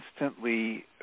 instantly